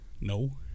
No